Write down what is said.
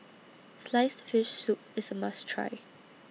Sliced Fish Soup IS A must Try